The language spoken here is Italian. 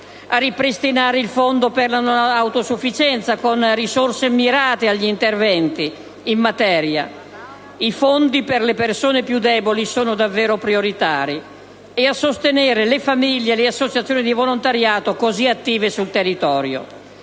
a ripristinare il fondo per la non autosufficienza con risorse mirate agli interventi in materia - i fondi per le persone più deboli sono davvero prioritari - e a sostenere le famiglie e le associazioni di volontariato così attive sul territorio.